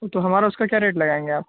تو ہمارا اس کا کیا ریٹ لگائیں گے آپ